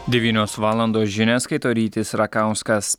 devynios valandos žinias skaito rytis rakauskas